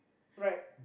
right